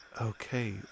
Okay